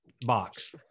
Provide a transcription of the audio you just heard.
box